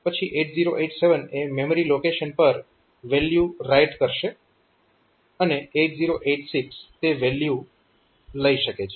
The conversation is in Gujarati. પછી 8087 એ મેમરી લોકેશન પર વેલ્યુ રાઈટ કરશે અને 8086 તે વેલ્યુ લઈ શકે છે